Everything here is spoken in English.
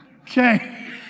okay